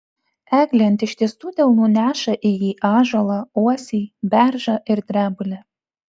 eglė ant ištiestų delnų neša į jį ąžuolą uosį beržą ir drebulę